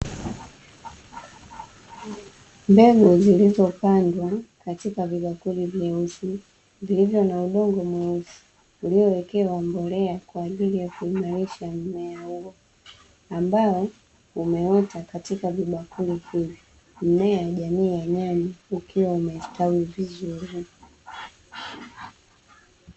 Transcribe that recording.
Mbegu zilizopandwa katika vibakuli vyeusi vilivyo na udongo mweusi, vilivyowekewa mbolea kwa ajili ya kuimarisha mmea huo, ambao umeota katika vibakuli hivi. Mmea ni jamii ya nyanya, ukiwa umestawi vizuri.